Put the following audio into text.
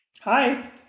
Hi